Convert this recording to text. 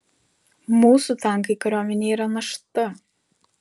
mūsų tankai kariuomenei yra našta